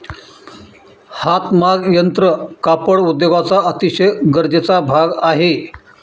हातमाग यंत्र कापड उद्योगाचा अतिशय गरजेचा भाग आहे